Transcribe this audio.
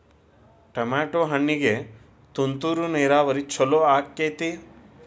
Tomato ಹಣ್ಣಿಗೆ ತುಂತುರು ನೇರಾವರಿ ಛಲೋ ಆಕ್ಕೆತಿ?